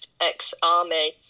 ex-army